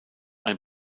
ein